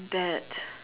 that